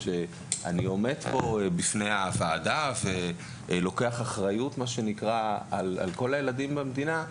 אני עומד פה בוועדה ולוקח אחריות על כל הילדים במדינה,